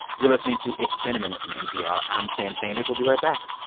you're listening to it's been a minute from npr. i'm sam sanders we'll be right back